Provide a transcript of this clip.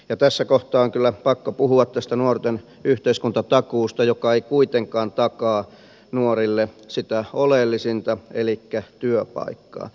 ja tässä kohtaa on kyllä pakko puhua tästä nuorten yhteiskuntatakuusta joka ei kuitenkaan takaa nuorille sitä oleellisinta elikkä työpaikkaa